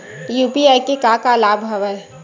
UPI के का का लाभ हवय?